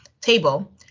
table